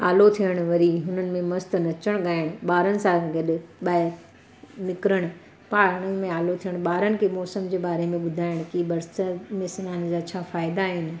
आलो थियणु वरी उनमें मस्तु नचणु ॻाइणु ॿारनि सां गॾु ॿाहिरि निकिरणु पाणीअ में आलो थियणु ॿारनि खे मौसम जे बारे में ॿुधाइण की बरसाति में सनान जा छा फ़ाइदा आहिनि